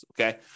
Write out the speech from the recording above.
okay